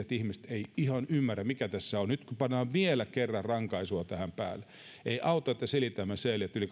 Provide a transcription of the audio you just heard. että ihmiset eivät ihan ymmärrä mikä tässä on nyt kun pannaan vielä kerran rankaisua tähän päälle ei auta että selitämme sen että yli